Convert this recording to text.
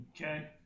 Okay